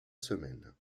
semaine